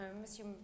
Monsieur